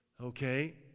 Okay